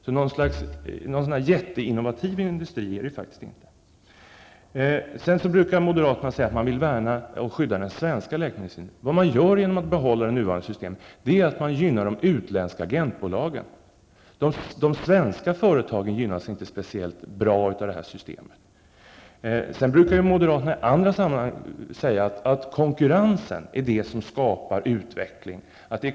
Läkemedelsindustrin är faktiskt inte jätteinnovativ. Moderaterna brukar också säga att de vill värna om och skydda den svenska läkemedelsindustrin. Vad man gör genom att behålla det nuvarande systemet är att man gynnar de utländska agentbolagen. De svenska företagen gynnas inte speciellt mycket av detta system. I andra sammanhang brukar moderaterna säga att konkurrens skapar utveckling.